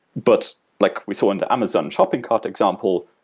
but like we saw in the amazon shopping cart example,